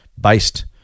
based